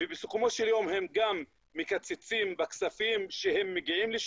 ובסיכומו של יום הם גם מקצצים בכספים שהם מגיעים לי,